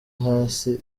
hasi